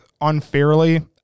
unfairly